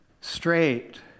straight